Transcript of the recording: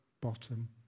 bottom